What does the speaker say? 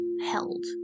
held